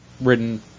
written